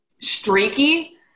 streaky –